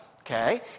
Okay